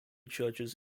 churches